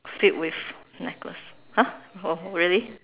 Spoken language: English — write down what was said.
filled with necklace !huh! oh really